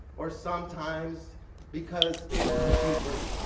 or sometimes because it's cheaper.